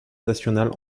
nationales